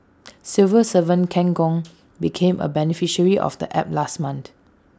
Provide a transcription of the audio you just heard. civil servant Ken Gong became A beneficiary of the app last month